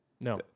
No